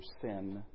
sin